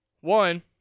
One